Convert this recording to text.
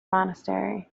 monastery